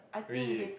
really really